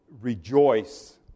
rejoice